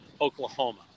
Oklahoma